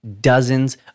dozens